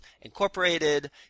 Incorporated